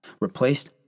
replaced